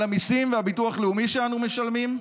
על המיסים והביטוח הלאומי שאנו משלמים.